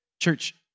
Church